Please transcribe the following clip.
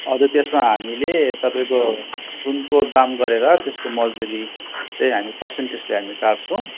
अजै त्यसमा हामीले तपाईँको सुनको दाम गरेर त्यसको मजदुरी चाहिँ हामी पर्सन्टेजले हामी काट्छौँ